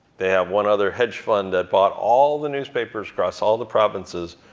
they have one other hedge fund that bought all the newspapers across all the provinces,